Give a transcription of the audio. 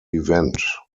event